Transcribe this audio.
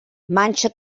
manxa